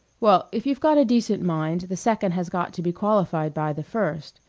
well, if you've got a decent mind the second has got to be qualified by the first.